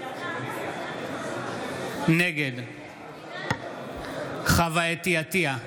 נגד חוה אתי עטייה,